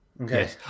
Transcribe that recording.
Okay